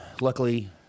luckily